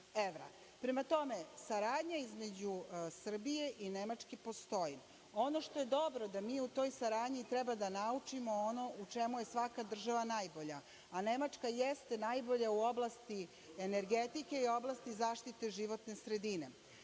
Prema tome, saradnja između Srbije i Nemačke postoji. Ono što je dobro, da mi u toj saradnji treba da naučimo ono u čemu je svaka država najbolja, a Nemačka jeste najbolja u oblasti energetike i u oblasti zaštite životne sredine. Kada